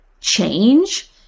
change